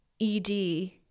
ED